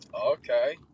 Okay